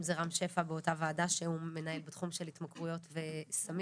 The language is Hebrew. אם זה רם שפע ואותה ועדה שהוא מנהל בתחום של התמכרויות וסמים,